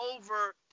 over